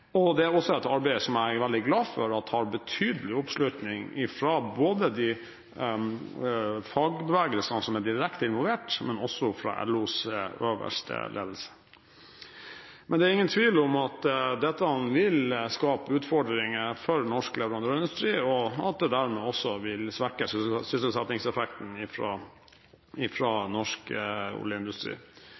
Det er også et arbeid som jeg er veldig glad for at har betydelig oppslutning ikke bare fra de fagbevegelsene som er direkte involvert, men også fra LOs øverste ledelse. Men det er ingen tvil om at dette vil skape utfordringer for norsk leverandørindustri, og at det dermed også vil svekke sysselsettingseffekten fra norsk oljeindustri.